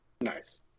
nice